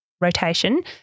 rotation